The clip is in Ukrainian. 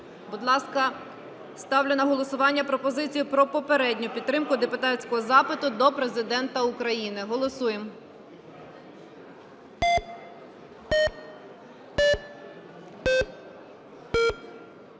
Будь ласка, ставлю на голосування пропозицію про попередню підтримку депутатського запиту до Президента України. Голосуємо.